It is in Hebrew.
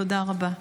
תודה רבה.